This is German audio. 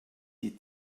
die